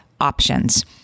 options